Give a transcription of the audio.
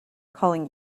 calling